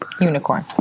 unicorn